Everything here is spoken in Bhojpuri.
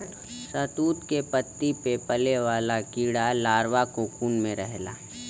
शहतूत के पत्ती पे पले वाला कीड़ा लार्वा कोकून में रहला